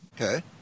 okay